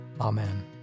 Amen